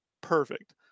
perfect